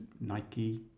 Nike